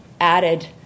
added